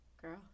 Girl